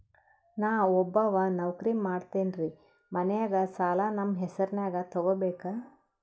ನಾ ಒಬ್ಬವ ನೌಕ್ರಿ ಮಾಡತೆನ್ರಿ ಮನ್ಯಗ ಸಾಲಾ ನಮ್ ಹೆಸ್ರನ್ಯಾಗ ತೊಗೊಬೇಕ?